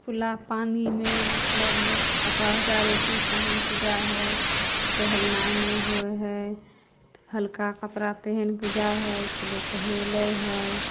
खुला पानीमे मतलब लोक कपड़ा उपड़ा बेसी पहिनके जाइ हइ तऽ हेलनाइ नहि होइ हइ हल्का कपड़ा पहनिके जाइ हइ तऽ लोक हेलै हइ